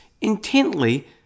intently